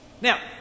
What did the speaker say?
Now